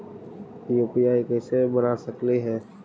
UPI कैसे बना सकली हे?